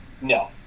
No